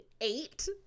eight